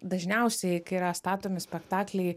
dažniausiai yra statomi spektakliai